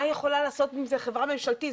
מה יכולה לעשות עם זה חברה ממשלתית?